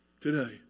today